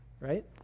right